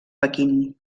pequín